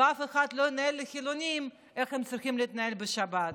ואף אחד לא ינהל לחילונים איך הם צריכים להתנהל בשבת,